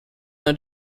not